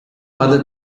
other